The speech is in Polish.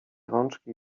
rączki